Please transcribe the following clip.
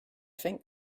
think